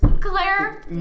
Claire